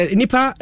nipa